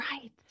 Right